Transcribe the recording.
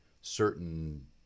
certain